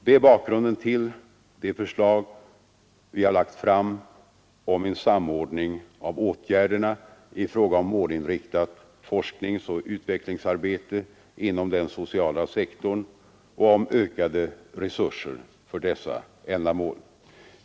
Det är bakgrunden till de förslag vi har lagt fram om en samordning av åtgärderna i fråga om målinriktat forskningsoch utvecklingsarbete inom den sociala sektorn och om ökade resurser för dessa ändamål.